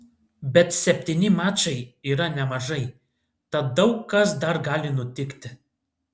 bet septyni mačai yra nemažai tad daug kas dar gali nutikti